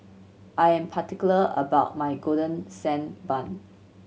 I am particular about my Golden Sand Bun